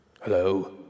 Hello